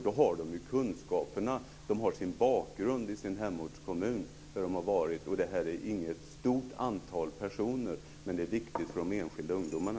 De har kunskaperna och sin bakgrund i hemortskommunen. Det här rör sig inte om något stort antal personer, men detta är viktigt för de enskilda ungdomarna.